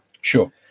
sure